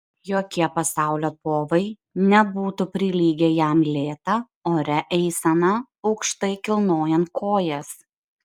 jokie pasaulio povai nebūtų prilygę jam lėta oria eisena aukštai kilnojant kojas